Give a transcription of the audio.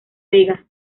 vega